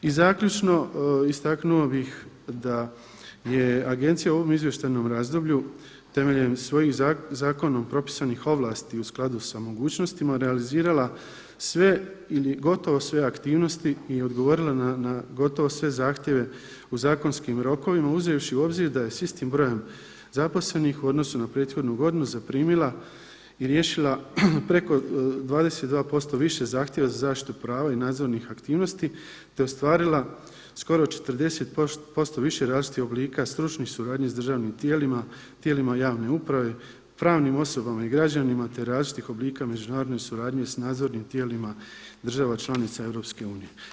I zaključno istaknuo bih da je Agencija u ovom izvještajnom razdoblju temeljem svojih zakonom propisanih ovlasti u skladu sa mogućnostima realizirala sve ili gotovo sve aktivnosti i odgovorila na gotovo sve zahtjeve u zakonskim rokovima uzevši u obzir da je sa istim brojem zaposlenih u odnosu na prethodnu godinu zaprimila i riješila preko 22% više zahtjeva za zaštitu prava i nadzornih aktivnosti, te ostvarila skoro 40% više različitih oblika stručnih suradnji s državnim tijelima, tijelima javne uprave, pravnim osobama i građanima, te različitih oblika međunarodne suradnje sa nadzornim tijelima država članica Europske unije.